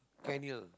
Kent Hill